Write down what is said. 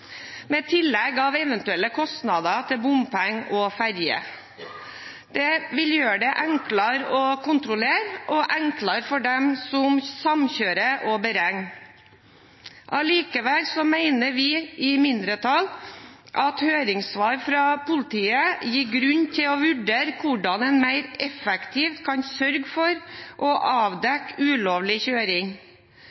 med tillegg av eventuelle kostnader til bompenger og ferje. Det vil gjøre det enklere å kontrollere og enklere for dem som samkjører, å beregne. Allikevel mener vi i mindretallet at høringssvaret fra politiet gir grunn til å vurdere hvordan man mer effektivt kan sørge for å